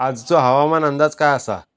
आजचो हवामान अंदाज काय आसा?